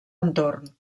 entorn